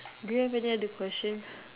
do you have any other questions